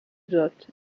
hôtes